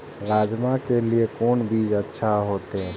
राजमा के लिए कोन बीज अच्छा होते?